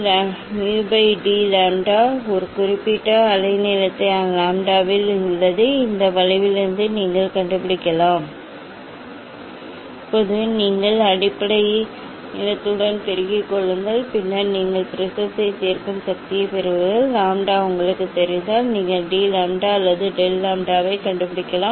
இது சார்பு மற்றும் பின்னர் சக்தியைத் தீர்க்கும் எனவே d mu by d lambda ஒரு குறிப்பிட்ட அலைநீள லாம்ப்டாவில் உள்ளது இந்த வளைவிலிருந்து நீங்கள் கண்டுபிடிக்கலாம் இப்போது நீங்கள் அடிப்படை நீளத்துடன் பெருக்கிக் கொள்ளுங்கள் பின்னர் நீங்கள் ப்ரிஸத்தின் தீர்க்கும் சக்தியைப் பெறுவீர்கள் லாம்ப்டா உங்களுக்குத் தெரிந்தால் நீங்கள் டி லாம்ப்டா அல்லது டெல் லாம்ப்டாவைக் கண்டுபிடிக்கலாம்